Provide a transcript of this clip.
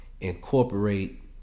incorporate